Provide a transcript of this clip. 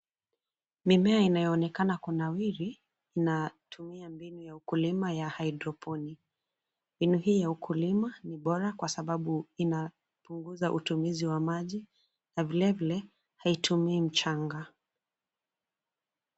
Mimea inayoonekana kunawiri na kutumia mbinu ya ukulima ya hydroponi, mbinu hii ya ukulima ni bora kwa sababu inapunguza utumizi wa maji na vile vile haitumii mchanga.